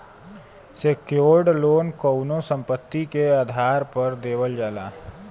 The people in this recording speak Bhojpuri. सेक्योर्ड लोन कउनो संपत्ति के आधार पर देवल जाला